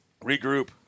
regroup